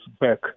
back